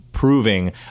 Proving